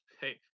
hey